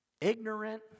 ignorant